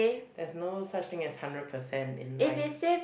there's no such thing as hundred percent in life